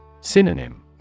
Synonym